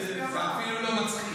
זה אפילו לא מצחיק.